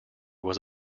was